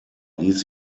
ließ